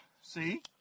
see